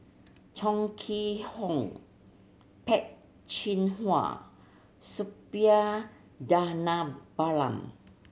Chong Kee Hiong Peh Chin Hua Suppiah Dhanabalan